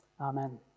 Amen